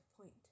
point